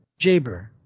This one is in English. Jaber